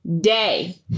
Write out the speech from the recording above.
Day